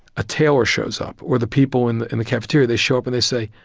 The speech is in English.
a taylor shows up. or the people in the in the cafeteria. they show up and they say,